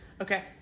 okay